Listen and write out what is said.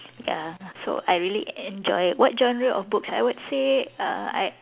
ya so I really enjoy what genre of books I would say uh I